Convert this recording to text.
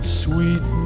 sweet